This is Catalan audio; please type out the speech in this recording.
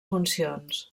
funcions